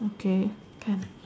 okay can